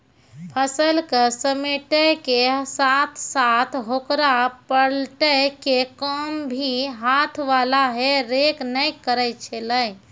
फसल क समेटै के साथॅ साथॅ होकरा पलटै के काम भी हाथ वाला हे रेक न करै छेलै